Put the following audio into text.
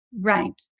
right